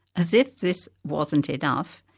as if this wasn't enough,